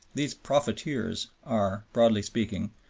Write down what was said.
these profiteers are, broadly speaking,